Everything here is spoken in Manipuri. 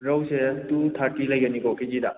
ꯔꯧꯁꯦ ꯇꯨ ꯊꯥꯔꯇꯤ ꯂꯩꯒꯅꯤꯀꯣ ꯀꯦꯖꯤꯗ